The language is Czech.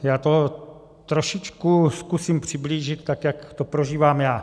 Já to trošičku zkusím přiblížit tak, jak to prožívám já.